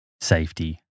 Safety